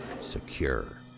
Secure